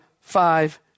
five